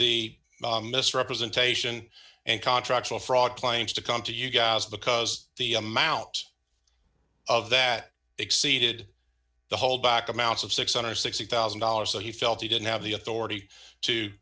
the misrepresentation and contracts will fraud claims to come to you guys because the amount of that exceeded the holdback amount of six hundred and sixty thousand dollars so he felt he didn't have the authority to